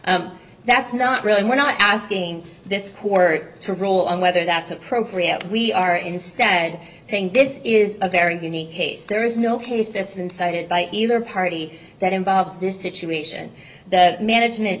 that's not really we're not asking this court to rule on whether that's appropriate we are instead saying this is a very unique case there is no case that's been cited by either party that involves this situation that management